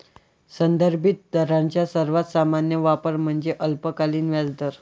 संदर्भित दरांचा सर्वात सामान्य वापर म्हणजे अल्पकालीन व्याजदर